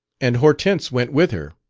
and hortense went with her.